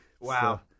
Wow